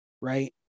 right